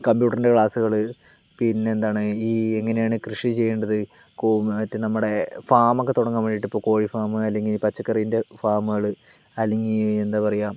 കംപ്യൂട്ടറിൻ്റെ ക്ലാസ്സുകള് പിന്നെന്താണ് ഈ എങ്ങനെയാണ് കൃഷി ചെയ്യേണ്ടത് പിന്നെ നമ്മുടെ ഫാമൊക്കെ തുടങ്ങാൻ വേണ്ടിയിട്ടിപ്പോൾ കോഴി ഫാം അല്ലെങ്കിൽ പച്ചക്കറീൻ്റെ ഫാമുകൾ അല്ലെങ്കിൽ എന്താ പറയുക